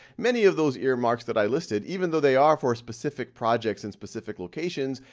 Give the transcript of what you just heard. many of those earmarks that i listed, even though they are for specific projects in specific locations,